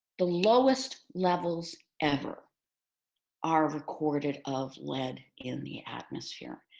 the lowest levels ever are recorded of lead in the atmosphere.